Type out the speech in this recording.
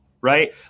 right